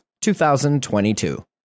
2022